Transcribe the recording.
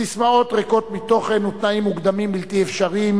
ססמאות ריקות מתוכן ותנאים מוקדמים בלתי אפשריים